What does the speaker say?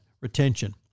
Retention